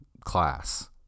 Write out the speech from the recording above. class